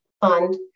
fund